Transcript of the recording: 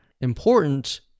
important